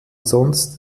sind